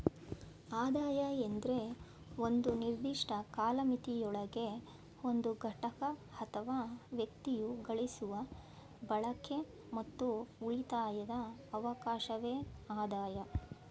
ಆದಾಯ ಎಂದ್ರೆ ಒಂದು ನಿರ್ದಿಷ್ಟ ಕಾಲಮಿತಿಯೊಳಗೆ ಒಂದು ಘಟಕ ಅಥವಾ ವ್ಯಕ್ತಿಯು ಗಳಿಸುವ ಬಳಕೆ ಮತ್ತು ಉಳಿತಾಯದ ಅವಕಾಶವೆ ಆದಾಯ